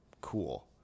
cool